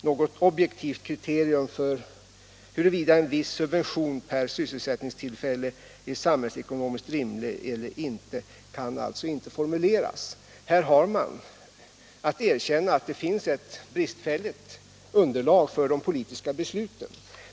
Något objektivt kriterium för huruvida en viss subvention är samhällsekonomiskt rimlig eller inte kan alltså inte formuleras. Här har man att erkänna att det finns ett bristfälligt underlag för de politiska besluten.